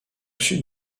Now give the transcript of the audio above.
sud